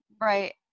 Right